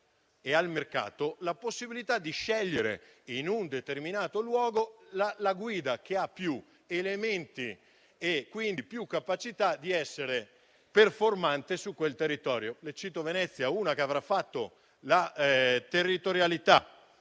e al mercato la possibilità di scegliere, per un determinato luogo, la guida che abbia più elementi e quindi più capacità di essere performante su quel territorio. Cito Venezia. Una guida che avrà fatto la territorialità